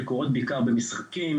שקורות בעיקר במשחקים,